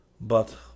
But